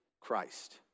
Christ